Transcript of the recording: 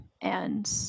and-